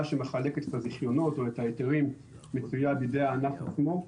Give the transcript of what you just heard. שמחלקת את הרישיונות או את ההיתרים מצויה בידי הענף עצמו.